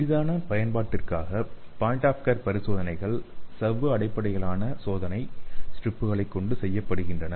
எளிதான பயன்பாட்டிற்காக point of care பரிசோதனைகள் சவ்வு அடிப்படையிலான சோதனை ஸ்ட்ரிப்களை கொண்டு செய்யப்படுகின்றன